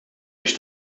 biex